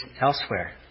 elsewhere